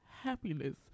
Happiness